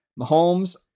Mahomes